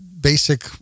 basic